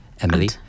Emily